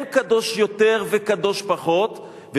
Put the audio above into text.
אין קדוש יותר וקדוש פחות.